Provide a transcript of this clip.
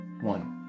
One